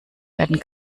werden